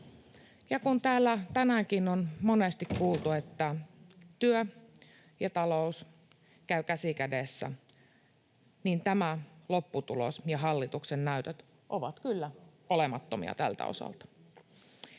kun täällä tänäänkin on monesti kuultu, että työ ja talous käyvät käsi kädessä, niin tämä lopputulos ja hallituksen näytöt ovat kyllä olemattomia tältä osalta.